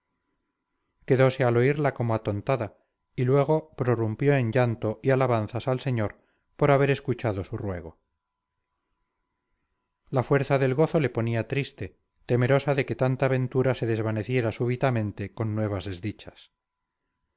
trueno quedose al oírla como atontada y luego prorrumpió en llanto y alabanzas al señor por haber escuchado su ruego la fuerza del gozo le ponía triste temerosa de que tanta ventura se desvaneciera súbitamente con nuevas desdichas